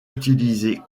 utilisé